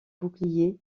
boucliers